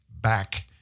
back